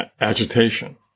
agitation